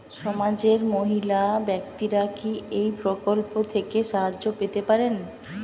সমাজের মহিলা ব্যাক্তিরা কি এই প্রকল্প থেকে সাহায্য পেতে পারেন?